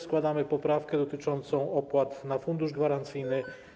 Składamy poprawkę dotyczącą opłat na fundusz gwarancyjny.